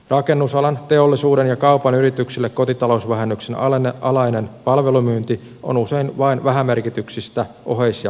rakennusalan teollisuuden ja kaupan yrityksille kotitalousvähennyksen alainen palvelumyynti on usein vain vähämerkityksistä oheis ja sivuliiketoimintaa